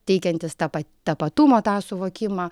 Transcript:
teikiantis tapa tapatumo tą suvokimą